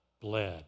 bled